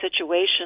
situation